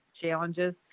challenges